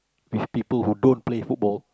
with people who don't play football